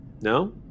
No